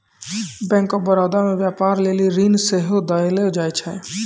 bank of Baroda मे व्यपार लेली ऋण सेहो देलो जाय छै